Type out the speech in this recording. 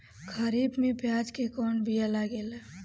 खरीफ में प्याज के कौन बीया लागेला?